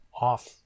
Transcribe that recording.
off